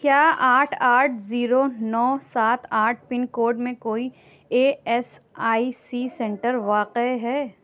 کیا آٹھ آٹھ زیرو نو سات آٹھ پن کوڈ میں کوئی A S I C centre واقع ہے